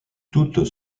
toutes